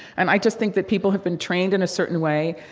and i just think that people have been trained in a certain way,